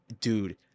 dude